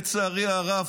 לצערי הרב,